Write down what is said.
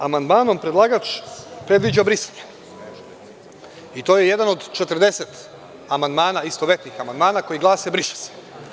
Amandmanom predlagač predviđa brisanje i to jedan od 40 amandmana istovetnih, koji glase – briše se.